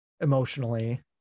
emotionally